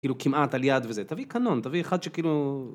כאילו כמעט על יד וזה, תביא קנון, תביא אחד שכאילו...